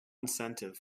incentive